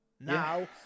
Now